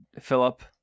Philip